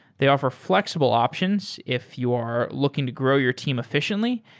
they offer flexible options if you're looking to grow your team efficiently,